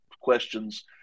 questions